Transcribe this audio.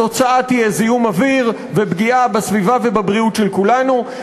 התוצאה תהיה זיהום אוויר ופגיעה בסביבה ובבריאות של כולנו.